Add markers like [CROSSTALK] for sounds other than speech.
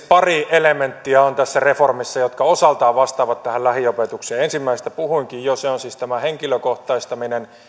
[UNINTELLIGIBLE] pari elementtiä jotka osaltaan vastaavat tähän lähiopetukseen ensimmäisestä puhuinkin jo se on siis tämä henkilökohtaistaminen